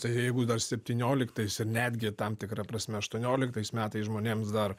tai jeigu dar septynioliktais ir netgi tam tikra prasme aštuonioliktais metais žmonėms dar